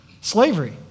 Slavery